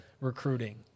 recruiting